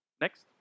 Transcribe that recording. Next